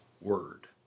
word